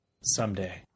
Someday